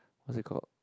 what's it called